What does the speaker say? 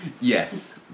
Yes